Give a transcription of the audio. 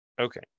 Okay